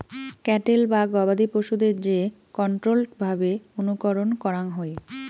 cattle বা গবাদি পশুদের যে কন্ট্রোল্ড ভাবে অনুকরণ করাঙ হই